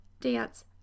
dance